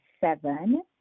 seven